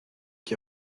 qui